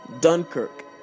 Dunkirk